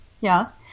yes